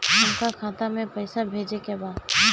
हमका खाता में पइसा भेजे के बा